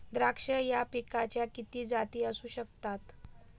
द्राक्ष या पिकाच्या किती जाती असू शकतात?